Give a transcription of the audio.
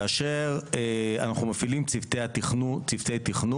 כאשר אנחנו מפעילים צוותי תכנון.